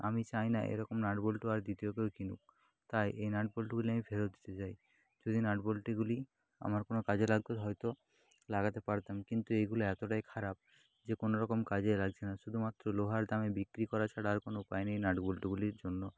আমি চাই না এরকম নাট বল্টু আর দ্বিতীয় কেউ কিনুক তাই এই নাট বল্টুগুলি আমি ফেরত দিতে চাই যদি নাট বল্টুগুলি আমার কোনও কাজে লাগত হয়তো লাগাতে পারতাম কিন্তু এইগুলো এতটাই খারাপ যে কোনওরকম কাজে লাগছে না শুধুমাত্র লোহার দামে বিক্রি করা ছাড়া আর কোনও উপায় নেই নাট বল্টুগুলির জন্য